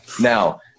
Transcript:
now